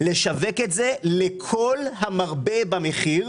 לשווק את זה לכל המרבה במחיר.